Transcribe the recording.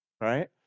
right